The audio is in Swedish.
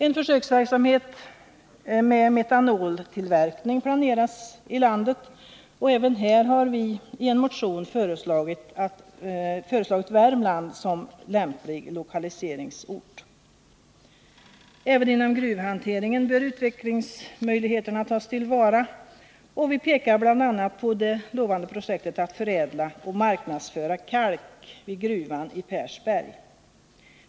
En försöksverksamhet med metanoltillverkning planeras i landet, och även här har vi i en motion föreslagit Värmland som lämplig lokaliseringsort. Även inom gruvhanteringen bör utvecklingsmöjligheterna tas till vara. Vi pekar bl.a. på det lovande projektet att förädla och marknadsföra kalk vid gruvan i Persberg.